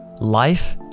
life